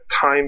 time